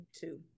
two